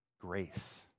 grace